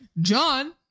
John